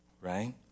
right